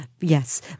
Yes